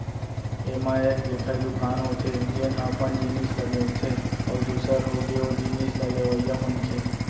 ऐमा एक जेखर दुकान होथे जेनहा अपन जिनिस ल बेंचथे अउ दूसर होगे ओ जिनिस ल लेवइया मनखे